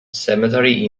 cemetery